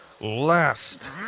last